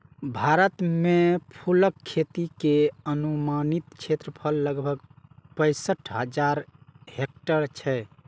भारत मे फूलक खेती के अनुमानित क्षेत्रफल लगभग पैंसठ हजार हेक्टेयर छै